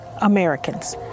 Americans